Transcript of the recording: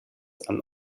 and